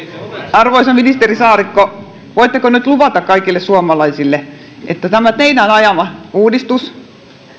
arvoisa ministeri saarikko voitteko nyt luvata kaikille suomalaisille että tämä teidän ajamanne uudistus